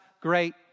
great